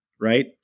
right